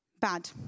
bad